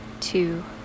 two